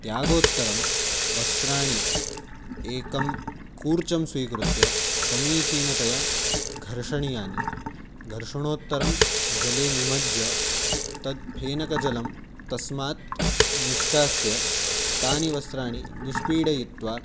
त्यागोत्तरं वस्त्राणि एकं कूर्चं स्वीकृत्य समीचीनतया घर्षणीयानि घर्षणोत्तरं जले निमज्य तत्फेनकजलं तस्मात् निष्कास्य तानि वस्त्राणि निष्पीडयित्वा